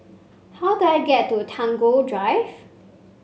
how do I get to Tagore Drive